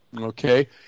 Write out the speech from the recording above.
Okay